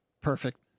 perfect